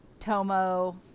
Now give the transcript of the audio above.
tomo